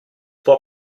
può